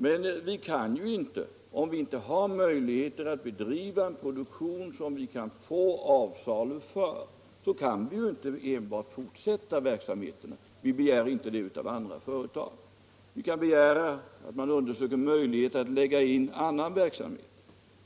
Men om vi inte har möjlighet att bedriva en produktion som vi kan finna avsalu för, kan vi inte bara fortsätta verksamheten. Det begär man inte av andra företag. Man kan begära att företaget undersöker möjligheten att lägga in annan verksamhet,